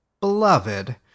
beloved